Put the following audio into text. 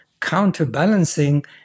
counterbalancing